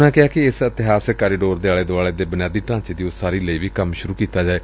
ਉਨ੍ਹਾਂ ਕਿਹਾ ਕਿ ਇਸ ਇਤਿਹਾਸਕ ਕਾਰੋਡੋਰ ਦੇ ਆਲੇ ਦੁਆਲੇ ਦੇ ਬੁਨਿਆਦੀ ਢਾਂਚੇ ਦੀ ਉਸਾਰੀ ਲਈ ਵੀ ਕੰਮ ਸੁਰੂ ਕੀਤਾ ਜਾਏ